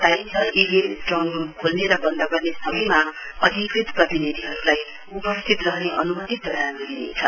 बताइन्छ EVM strong room खोल्ने र बन्द गर्ने समयमा अधिकृत प्रतिनिधिहरूलाई उपस्थित रहने अनुमति प्रदान गरिनेछ